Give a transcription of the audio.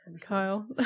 Kyle